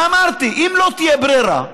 ואמרתי: אם לא תהיה ברירה,